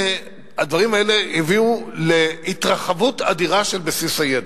הדברים האלה הביאו להתרחבות אדירה של בסיס הידע.